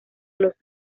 los